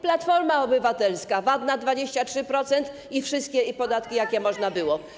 Platforma Obywatelska - VAT do 23% i wszystkie podatki, jakie można było.